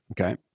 Okay